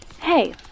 Hey